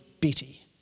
Betty